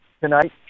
tonight